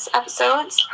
episodes